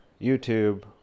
YouTube